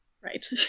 Right